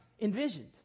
envisioned